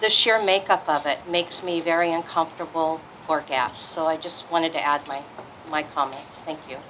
the sheer make up of it makes me very uncomfortable forecast so i just wanted to add my my comments thank